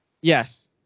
Yes